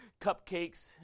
cupcakes